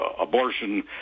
abortion